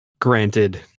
granted